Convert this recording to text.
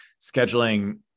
scheduling